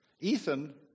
Ethan